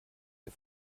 der